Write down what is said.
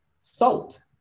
salt